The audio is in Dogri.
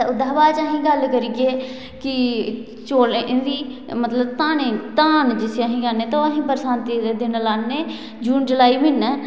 ओह्दे शा बाद च अहीं गल्ल करियै कि चौलें दी मतलब धानें ई धान जिसी अस आखने उसी अस बरसांती दे दिनें लान्ने जून जुलाई म्हीने